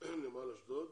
נמל אשדוד